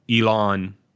Elon